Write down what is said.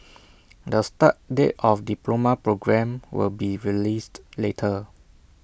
the start date of the diploma programme will be released later